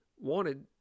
wanted